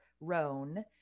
Roan